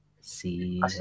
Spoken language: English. See